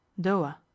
Doa